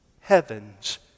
heaven's